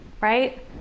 right